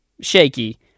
shaky